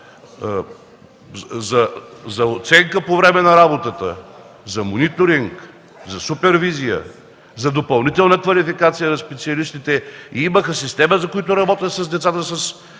за оценка по време на работата, за мониторинг, за супервизия, за допълнителна квалификация на специалистите, имаха система, по която се работеше с децата със